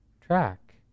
track